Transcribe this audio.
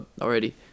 already